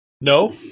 No